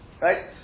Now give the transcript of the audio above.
Right